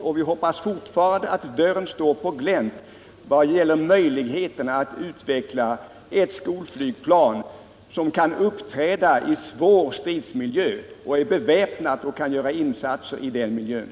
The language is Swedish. Men vi hoppas fortfarande att dörren står på glänt i vad gäller möjligheterna att utveckla ett skolflygplan som kan uppträda i svår stridsmiljö och som är beväpnat och som kan göra insatser i den miljön.